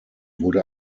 wurde